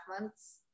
months